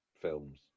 films